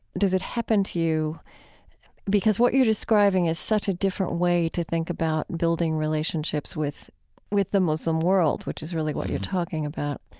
does it happen to you because what you're describing is such a different way to think about building relationships with with the muslim world, which is really what you're talking about